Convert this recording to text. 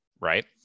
right